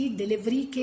delivery